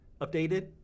updated